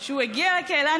שהוא הגיע לקהילה.